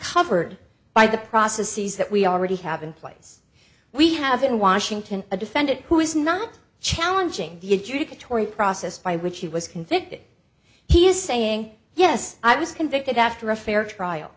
covered by the processes that we already have in place we have in washington a defendant who is not challenging the adjudicatory process by which he was convicted he is saying yes i was convicted after a fair trial